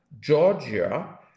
Georgia